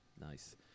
nice